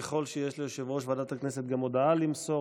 ככל שיש ליושב-ראש ועדת הכנסת גם הודעה למסור,